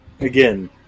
Again